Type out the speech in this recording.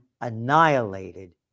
annihilated